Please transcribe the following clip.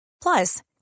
Plus